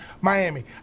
Miami